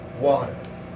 water